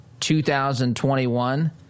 2021